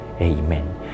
Amen